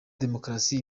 demokrasi